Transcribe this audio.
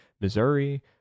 Missouri